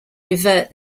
revert